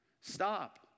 Stop